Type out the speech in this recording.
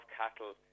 cattle